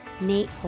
Nate